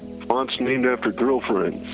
fonts named after girlfriends